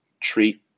treat